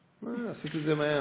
עשיתי את זה מהר.